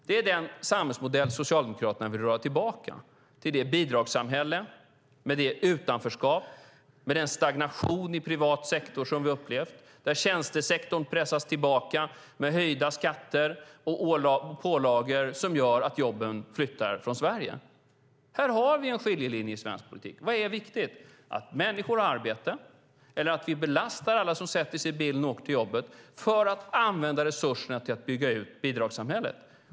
Det är den samhällsmodell som Socialdemokraterna vill dra tillbaka till det bidragssamhälle med det utanförskap och den stagnation i privat sektor som vi har upplevt och där tjänstesektorn pressas tillbaka med höjda skatter och pålagor som gör att jobben flyttar från Sverige. Här har vi en skiljelinje i svensk politik. Vad är viktigt? Att människor har arbete eller att vi belastar alla som sätter sig i bilen och åker till jobbet för att använda resurserna till att bygga ut bidragssamhället?